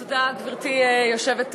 תודה, גברתי היושבת-ראש.